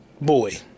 Boy